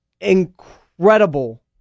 incredible